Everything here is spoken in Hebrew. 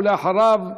ואחריו,